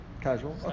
Casual